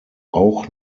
auch